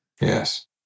yes